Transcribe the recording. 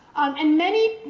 and many,